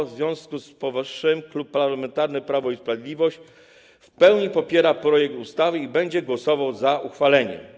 W związku z powyższym Klub Parlamentarny Prawo i Sprawiedliwość w pełni popiera projekt ustawy i będzie głosował za jego uchwaleniem.